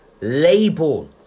label